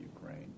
Ukraine